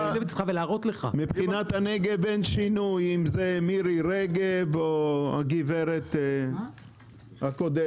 אין שינויים עושים אם זאת מירי רגב או הגברת הקודמת.